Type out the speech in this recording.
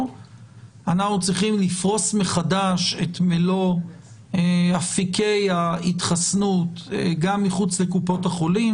אנחנו צריכים לפרוס מחדש את מלוא אפיקי ההתחסנות גם מחוץ לקופות החולים.